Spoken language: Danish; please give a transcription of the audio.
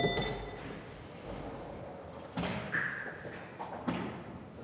Hvad er det